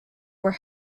were